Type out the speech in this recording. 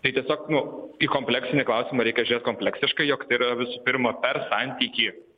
tai tiesiog nu į kompleksinį klausimą reikia žiūrėt kompleksiškai jog tai yra visų pirma per santykį